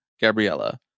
Gabriella